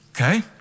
Okay